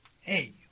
Hey